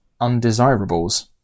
undesirables